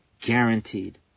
guaranteed